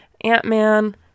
Ant-Man